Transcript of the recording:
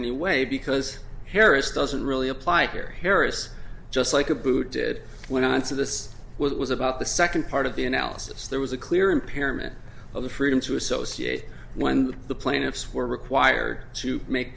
anyway because harris doesn't really apply here harris just like a booted went on to this was it was about the second part of the analysis there was a clear impairment of the freedom to associate when the plaintiffs were required to make